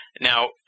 Now